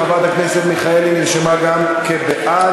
חברת הכנסת מיכאלי נרשמה גם כבעד.